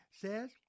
Says